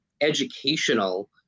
educational